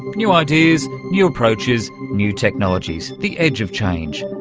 new ideas, new approaches, new technologies, the edge of change.